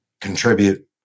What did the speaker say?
contribute